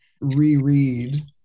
reread